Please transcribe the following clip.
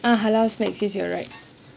ah halal snacks yes you are right